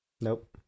Nope